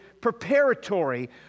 preparatory